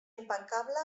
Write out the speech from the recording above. impecable